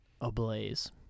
ablaze